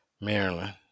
Maryland